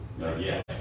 Yes